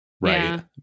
Right